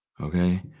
okay